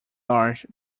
large